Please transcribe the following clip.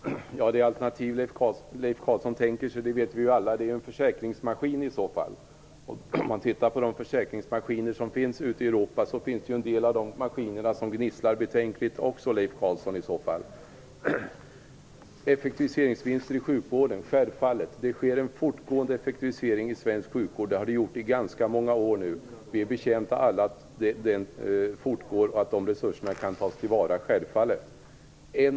Herr talman! Vilket alternativ Leif Carlson tänker sig vet vi ju alla: en försäkringsmaskin. Om man tittar på de försäkringsmaskiner som finns ute i Europa finner man att en del av de maskinerna också gnisslar betänkligt, Leif Carlson. Självfallet behövs det effektiviseringsvinster i sjukvården. Det sker en fortgående effektivisering i svensk sjukvård och har så gjort i ganska många år nu. Vi är alla betjänta av att denna fortgår och att de resurserna kan tas till vara. Självfallet är det så.